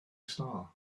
star